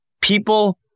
people